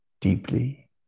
deeply